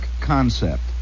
concept